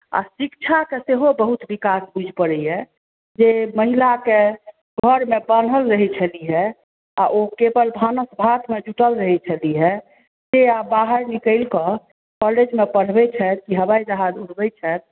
आ शिक्षा के सेहो बहुत विकास बुझि परैया जे महिला सब घर मे बाॅंधल रहै छलिहए ओ केवल भानस भात मे जुटल रहैत छलीहए ओ आब बाहर निकलि कय कौलेजमे पढ़बै छथि हवाई जहाज उरबै छथि